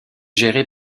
gérée